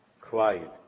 Quiet